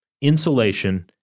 insulation